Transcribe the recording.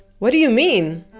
what do you mean!